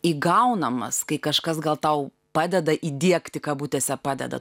įgaunamas kai kažkas gal tau padeda įdiegti kabutėse padeda